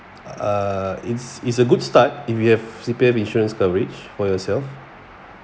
uh it's it's a good start if you have C_P_F insurance coverage for yourself